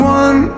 one